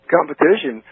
Competition